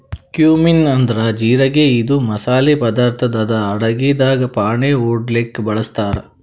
cumin ಅಂದ್ರ ಜಿರಗಿ ಇದು ಮಸಾಲಿ ಪದಾರ್ಥ್ ಅದಾ ಅಡಗಿದಾಗ್ ಫಾಣೆ ಹೊಡ್ಲಿಕ್ ಬಳಸ್ತಾರ್